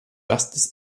justice